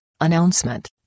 announcement